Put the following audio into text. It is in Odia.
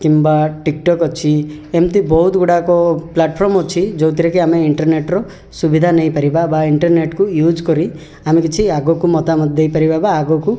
କିମ୍ବା ଟିକ୍ଟକ୍ ଅଛି ଏମ୍ତି ବହୁତ ଗୁଡ଼ାକ ପ୍ଲାଟଫର୍ମ ଅଛି ଯେଉଁଥିରେ କି ଆମେ ଇଣ୍ଟର୍ନେଟ୍ର ସୁବିଧା ନେଇପାରିବା ବା ଇଣ୍ଟର୍ନେଟ୍କୁ ୟୁଜ୍ କରି ଆମେ କିଛି ଆଗକୁ ମତାମତ ଦେଇପାରିବା ବା ଆଗକୁ